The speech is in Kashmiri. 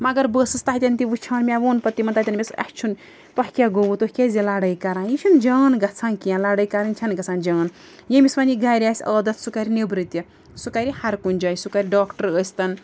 مگر بہٕ ٲسٕس تَتٮ۪ن تہِ وٕچھان مےٚ ووٚن پتہٕ تِمَن تَتٮ۪ن أمِس اَسہِ چھُنہٕ تۄہہِ کیٛاہ گوٚوٕ تُہۍ کیٛازِ یہِ لَڑٲے کَران یہِ چھُنہٕ جان گژھان کیٚنٛہہ لڑٲے کَرٕنۍ چھَنہٕ گژھان جان ییٚمِس وۄنۍ یہِ گَرِ آسہِ عادَت سُہ کَرِ نیٚبرٕ تہِ سُہ کَرِ ہَر کُنہِ جایہِ سُہ کَرِ ڈاکٹر ٲسۍتَن